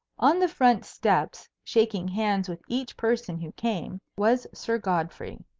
on the front steps, shaking hands with each person who came, was sir godfrey.